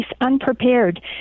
unprepared